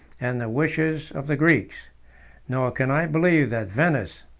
and the wishes of the greeks nor can i believe that venice,